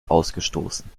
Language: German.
ausgestoßen